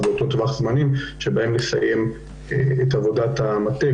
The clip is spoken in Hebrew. אז באותו טווח זמנים שבהם נסיים את עבודת המטה,